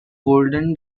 golden